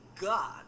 God